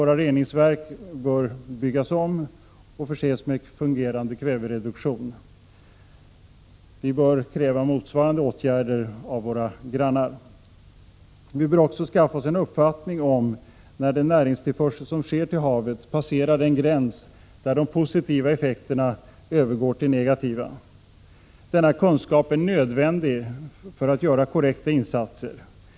Reningsverken bör byggas om och förses med fungerande kvävereduktion. Vi bör kräva motsvarande åtgärder av våra grannar. Vi bör också skaffa oss en uppfattning om när den näringstillförsel som sker till havet passerar den gräns där de positiva effekterna övergår till negativa. Denna kunskap är nödvändig för att korrekta insatser skall kunna göras.